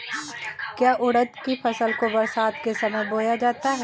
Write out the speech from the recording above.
क्या उड़द की फसल को बरसात के समय बोया जाता है?